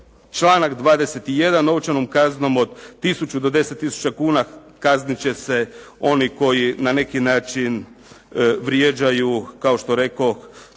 Članak 21. novčanom kaznom od 1000 do 10000 kuna kaznit će se oni koji na neki način vrijeđaju kao što rekoh